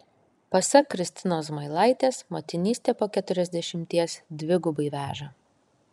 pasak kristinos zmailaitės motinystė po keturiasdešimties dvigubai veža